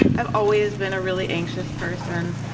i've always been a really anxious person